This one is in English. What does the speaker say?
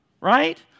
right